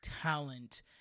talent